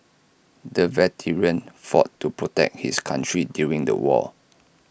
the veteran fought to protect his country during the war